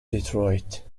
detroit